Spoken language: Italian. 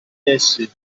essi